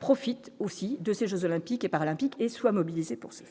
profite aussi de ces Jeux olympiques et paralympiques et soient mobilisés pour ça.